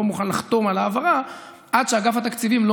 לא מוכן לחתום על העברה עד שאגף התקציבים לא